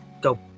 go